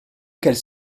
qu’elle